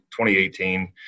2018